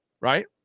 right